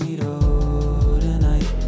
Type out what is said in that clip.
tonight